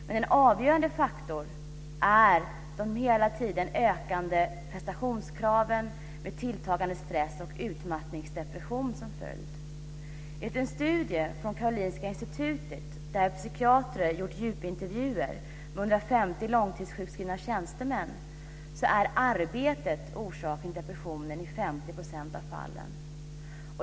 Men en avgörande faktor är de hela tiden ökande prestationskraven med tilltagande stress och utmattningsdepression som följd. Enligt en studie från Karolinska Institutet, där psykiatriker gjort djupintervjuer med 150 långtidssjukskrivna tjänstemän, är arbetet orsaken till depressionen i 50 % av fallen.